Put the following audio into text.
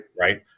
Right